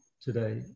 today